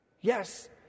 Yes